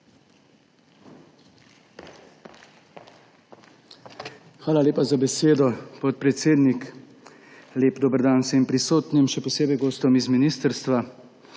Hvala lepa za besedo, podpredsednik. Lep dober dan vsem prisotnim, še posebej gostom z ministrstva!